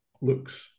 looks